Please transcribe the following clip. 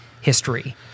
history